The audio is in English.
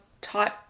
type